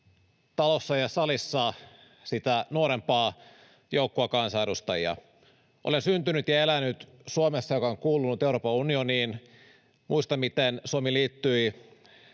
talossa ja salissa sitä nuorempaa joukkoa kansanedustajia. Olen syntynyt ja elänyt Suomessa, joka on kuulunut Euroopan unioniin. Muistan, miten Suomi otti